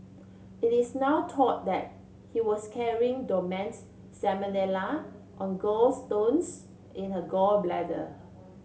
it is now thought that he was carrying dormant salmonella on gallstones in her gall bladder